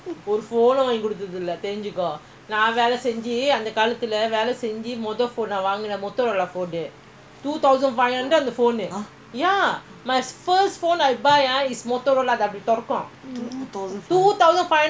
two thousand five நான்கொடுத்துவாங்குனேன்அப்பதா:naan koduthu vaankunen appathaa phone எல்லாமேவெளியவந்தது:ellamee veliya vandhadhu ya first நான்வாங்குனது:naan vaankunathu pager pager உங்கப்பாக்குநான் வாங்கிகொடுத்தேன்:unkappaakku naan vaanki kodutheen ya the pager